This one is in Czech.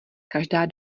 každá